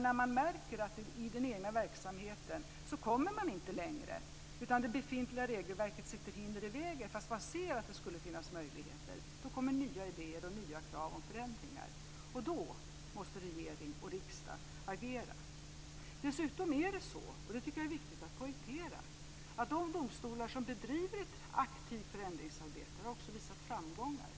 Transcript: När man märker att man inte kommer längre i den egna verksamheten, utan att det befintliga regelverket lägger hinder i vägen, fast man ser att det skulle finnas möjligheter, kommer nya idéer och nya krav på förändringar. Och då måste regering och riksdag agera. Dessutom är det så, och det tycker jag är viktigt att poängtera, att de domstolar som bedriver ett aktivt förändringsarbete också har visat framgångar.